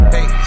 Hey